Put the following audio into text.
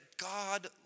God